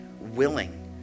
willing